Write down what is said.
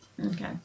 Okay